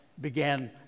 began